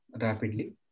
rapidly